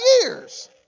years